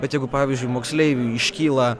bet jeigu pavyzdžiui moksleiviui škyla